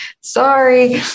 sorry